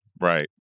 right